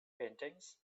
paintings